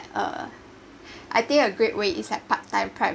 uh I think a great way is like part time private